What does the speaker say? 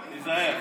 תיזהר.